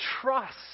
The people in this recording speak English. trust